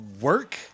Work